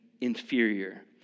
inferior